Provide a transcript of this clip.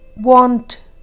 want